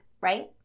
Right